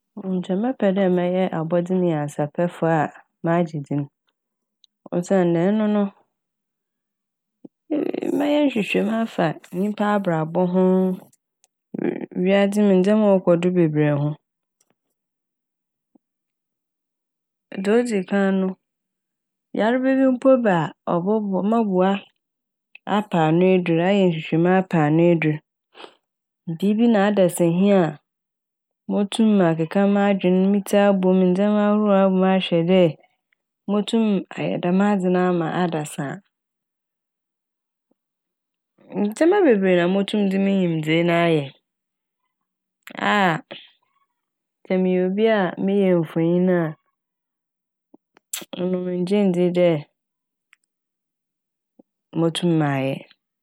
Nkyɛ mɛpɛ dɛ mɛyɛ abɔdzemunyansapɛfo a magye dzin osiandɛ ɔno no mm-mɛyɛ hwehwɛmu afa nyimpa abrabɔ ho, ww- wiadze mu ndzɛma ɔkɔ do bebree ho. Dza odzikan no, yarba bi mpo ba a ɔbɔboa- mɔboa apɛ ano edur ayɛ hwehwɛmu apɛ ano edur. Biibi na adasa hia a motum makeka m'adwen, me tsir abɔ m', ndzɛma ahorow abɔ m' ahwɛ dɛ motum ayɛ dɛm adze no ama adasa a. Ndzɛma bebree na motum dze me nyimdzee ne a ayɛ a sɛ meyɛ obi a meyɛ mfonyin a Ɔno menngye nndzi dɛ motum mayɛ.